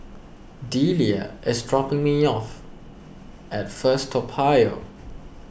Delia is dropping me off at First Toa Payoh